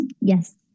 Yes